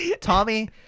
Tommy